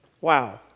Wow